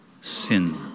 Sin